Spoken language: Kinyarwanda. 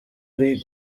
uri